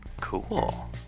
Cool